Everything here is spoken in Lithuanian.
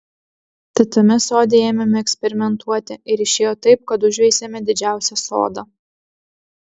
tad tame sode ėmėme eksperimentuoti ir išėjo taip kad užveisėme didžiausią sodą